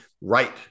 Right